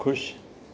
खु़शि